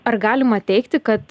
ar galima teigti kad